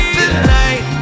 tonight